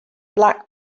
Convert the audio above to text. black